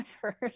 first